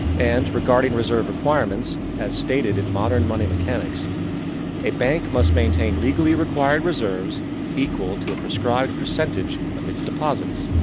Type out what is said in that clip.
and, regarding reserve requirements as stated in modern money mechanics a bank must maintain legally required reserves equal to a prescribed percentage of its deposits.